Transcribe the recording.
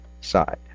side